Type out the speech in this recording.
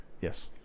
Yes